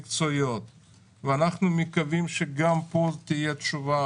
אני ויתרתי,